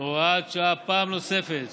הוראת השעה פעם נוספת